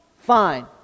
Fine